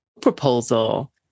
proposal